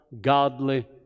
godly